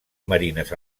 marines